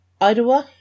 Idaho